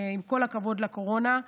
עם כל הכבוד לקורונה,